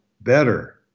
Better